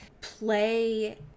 play